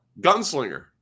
Gunslinger